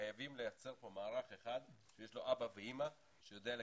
חייבים לייצר כאן מערך אחד שיש לו אבא ואימא והוא יודע לקדם.